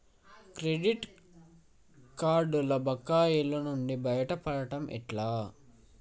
Credit కార్డుల బకాయిల నుండి బయటపడటం ఎట్లా?